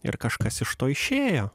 ir kažkas iš to išėjo